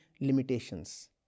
limitations